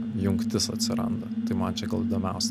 jungtis atsirandanti man čia gal įdomiausias